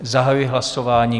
Zahajuji hlasování.